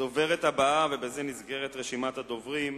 הדוברת הבאה, ובזה נסגרת רשימת הדוברים,